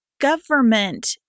government